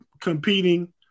competing